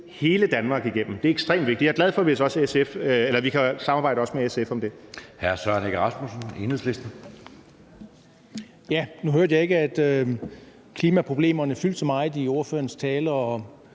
hele Danmark. Det er ekstremt vigtigt; jeg er glad for, hvis vi også kan samarbejde med SF om det.